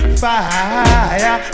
fire